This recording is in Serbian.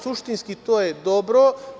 Suštinski to je dobro.